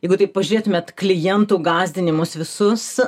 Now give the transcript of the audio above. jeigu taip pažeistumėt klientų gąsdinimus visus